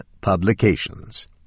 publications